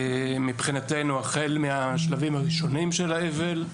מבחינתנו, החל מהשלבים הראשונים של האבל.